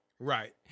Right